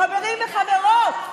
חברים וחברות,